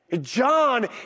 John